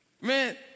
Man